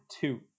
two